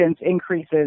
increases